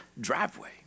driveway